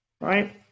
Right